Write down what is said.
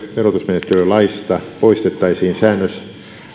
verotusmenettelylaista poistettaisiin säännös